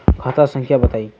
खाता संख्या बताई?